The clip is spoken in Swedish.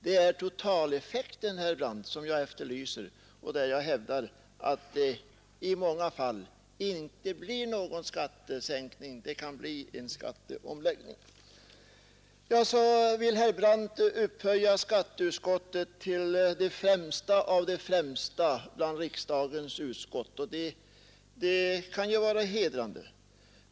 Det är totaleffekten, herr Brandt, som jag efterlyser, och jag hävdar att den gör att det i många fall inte blir någon skattesänkning; det blir en omfördelning mellan direkt och indirekt skatt. Så vill herr Brandt upphöja skatteutskottet till det främsta av de främsta bland riksdagens utskott, och det kan ju vara hedrande.